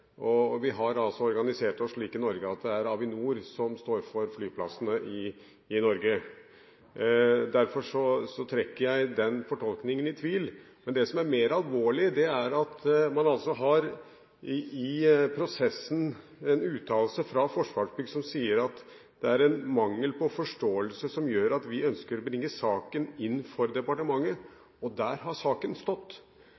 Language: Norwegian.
Avinor som står for flyplassene. Derfor trekker jeg den fortolkningen i tvil. Men det som er mer alvorlig, er at man i prosessen har en uttalelse fra Forsvarsbygg som sier at det er mangel på forståelse som gjør at de ønsker å bringe saken inn for